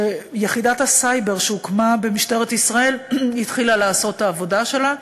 ויחידת הסייבר שהוקמה במשטרת ישראל התחילה לעשות את העבודה שלה.